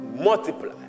multiply